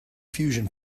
fusion